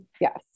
Yes